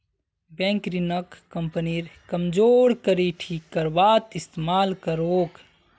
bank ऋणक कंपनीर कमजोर कड़ी ठीक करवात इस्तमाल करोक